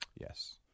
Yes